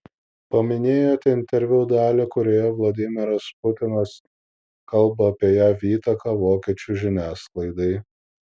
paminėjote interviu dalį kurioje vladimiras putinas kalba apie jav įtaką vokiečių žiniasklaidai